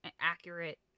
accurate